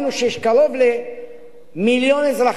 שיש קרוב למיליון אזרחים,